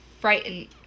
frightened